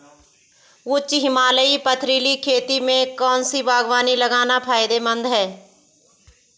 उच्च हिमालयी पथरीली खेती में कौन सी बागवानी लगाना फायदेमंद है?